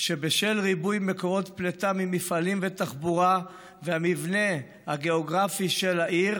שבשל ריבוי מקורות פליטה ממפעלים ותחבורה והמבנה הגיאוגרפי של העיר,